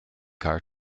car